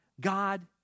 God